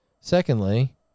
Secondly